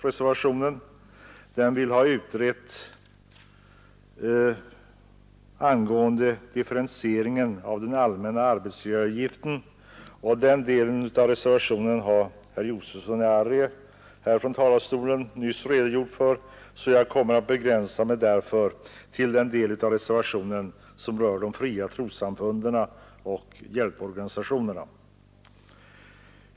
Reservanterna önskar vidare få utrett frågan om en differentiering av den allmänna arbetsgivaravgiften. Den delen av reservationen har herr Josefson i Arrie nyss redogjort för här från talarstolen. Jag kommer därför att begränsa mig till den del av reservationen som rör de fria trossamfunden och hjälporganisationerna.